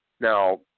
Now